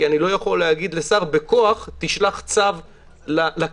כי אני לא יכול להגיד לשר בכוח שישלח צו לכנסת.